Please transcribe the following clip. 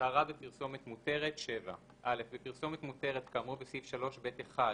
"אזהרה בפרסומת מותרת 7. (א)בפרסומת מותרת כאמור בסעיף 3(ב)(1)